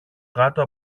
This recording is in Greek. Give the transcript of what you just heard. κάτω